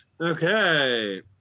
Okay